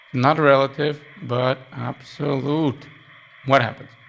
not a relative, but absolute what happens?